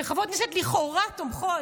שחברות כנסת "לכאורה תומכות"